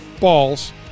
balls